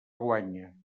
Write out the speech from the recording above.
guanya